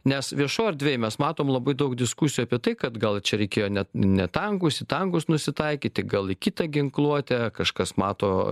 nes viešoj erdvėj mes matom labai daug diskusijų apie tai kad gal čia reikėjo net ne tankus tankus nusitaikyti gal į kitą ginkluotę kažkas mato